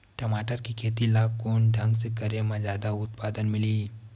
टमाटर के खेती ला कोन ढंग से करे म जादा उत्पादन मिलही?